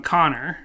Connor